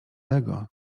tego